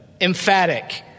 emphatic